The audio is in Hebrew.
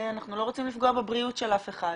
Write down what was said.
אנחנו לא רוצים לפגוע בבריאות של אף אחד.